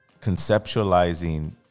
conceptualizing